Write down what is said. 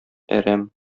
әрәм